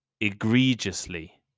Egregiously